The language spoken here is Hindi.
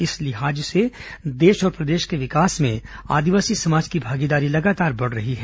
इस लिहाज से देश और प्रदेश के विकास में आदिवासी समाज की भागीदारी लगातार बढ़ रही है